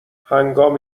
هنگام